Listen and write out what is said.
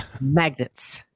Magnets